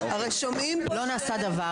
לא נעשה דבר,